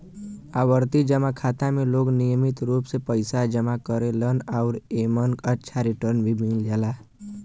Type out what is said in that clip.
आवर्ती जमा खाता में लोग नियमित रूप से पइसा जमा करेलन आउर एमन अच्छा रिटर्न भी मिल जाला